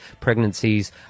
pregnancies